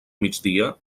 migdia